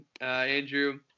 Andrew